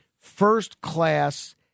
first-class